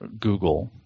Google